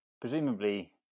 presumably